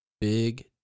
big